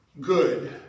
good